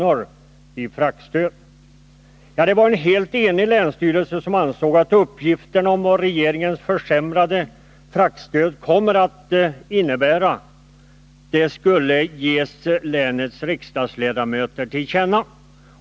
i fraktstöd. Det var en helt enig länsstyrelse som ansåg att uppgifterna om vad regeringens förslag om försämrade fraktstöd kommer att innebära skulle ges länets riksdagsledamöter till känna.